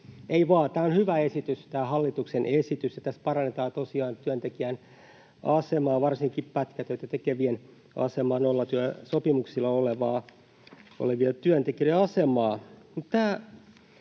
Ei vaan, tämä hallituksen esitys on hyvä esitys, ja tässä parannetaan tosiaan työntekijän asemaa, varsinkin pätkätyötä tekevien asemaa, nollatyösopimuksilla olevien työntekijöiden asemaa.